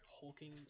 hulking